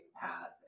path